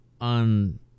on